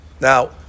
Now